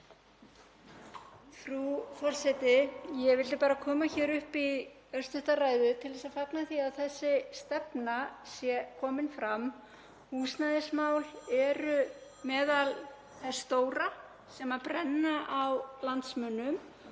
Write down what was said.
Frú forseti. Ég vildi bara koma hér upp í örstutta ræðu til þess að fagna því að þessi stefna sé komin fram. Húsnæðismál eru meðal þess stóra sem brenna á landsmönnum